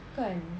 kan